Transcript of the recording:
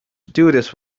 stewardess